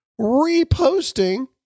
reposting